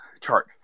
chart